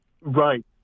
Right